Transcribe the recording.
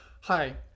Hi